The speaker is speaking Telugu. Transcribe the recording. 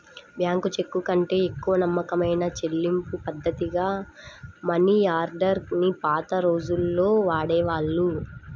బ్యాంకు చెక్కుకంటే ఎక్కువ నమ్మకమైన చెల్లింపుపద్ధతిగా మనియార్డర్ ని పాత రోజుల్లో వాడేవాళ్ళు